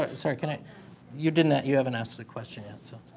ah sorry. can i you didn't that you haven't asked a question handsome?